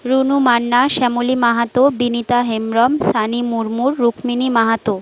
Runu Manna Shyamali Mahato Binita Hembram Sunny Murmu Rukmini Mahato